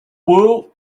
woot